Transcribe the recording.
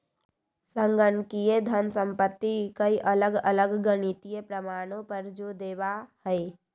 संगणकीय धन संपत्ति कई अलग अलग गणितीय प्रमाणों पर जो देवा हई